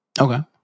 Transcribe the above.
Okay